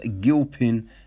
Gilpin